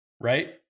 right